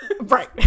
right